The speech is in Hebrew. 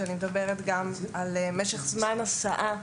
אני מדברת גם על משך זמן הסעה: